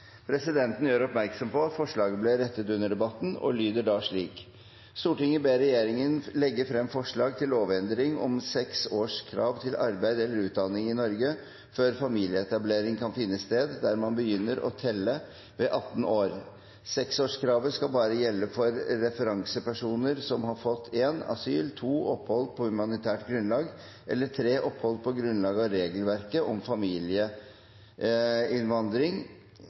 Presidenten gjør oppmerksom på at forslaget ble rettet under debatten, og det lyder da slik: «Stortinget ber regjeringen legge fram forslag til lovendring om seks års krav til arbeid eller utdanning i Norge før familieetablering kan finne sted, der man begynner å telle ved 18 år. Seksårskravet skal bare gjelde for referansepersoner som har fått 1) asyl, 2) opphold på humanitært grunnlag eller 3) opphold på grunnlag av regelverket om familieinnvandring.